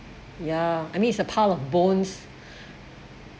ya I mean it's a pile of bones